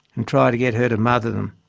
and try to get her to mother them.